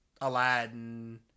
Aladdin